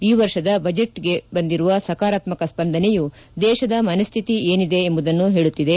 ಈ ವರ್ಷದ ಬಜೆಟ್ಗೆ ಬಂದಿರುವ ಸಕಾರಾತ್ಸಕ ಸ್ಪಂದನೆಯು ದೇಶದ ಮನಸ್ಸಿತಿ ಏನಿದೆ ಎಂಬುದನ್ನು ಹೇಳುತ್ತಿದೆ